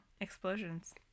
explosions